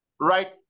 Right